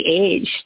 age